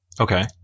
Okay